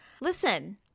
listen